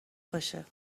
باشه